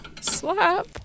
Slap